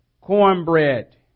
cornbread